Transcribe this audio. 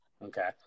Okay